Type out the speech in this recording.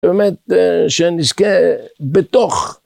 באמת שנזכה בתוך